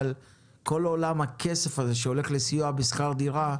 אבל כל עולם הכסף הזה שהולך לסיוע בשכר דירה,